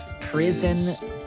prison